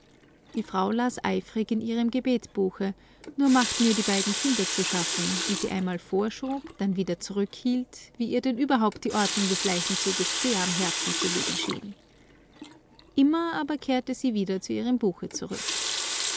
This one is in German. die frau las eifrig in ihrem gebetbuche nur machten ihr die beiden kinder zu schaffen die sie einmal vorschob dann wieder zurückhielt wie ihr denn überhaupt die ordnung des leichenzuges sehr am herzen zu liegen schien immer aber kehrte sie wieder zu ihrem buche zurück